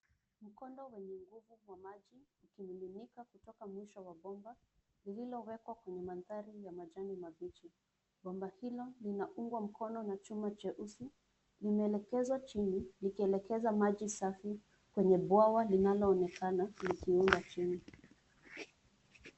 Mkondo wenye nguvu wa maji ukimininika kutoka mwisho wa bomba lililowekwa kwenye mandhari ya majani mabichi. Bomba hilo linaungwa mkono na chuma cheusi, linaelekezwa chini likielekeza maji safi kwenye bwawa linaloonekana likienda chini.